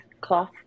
cloth